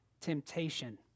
temptation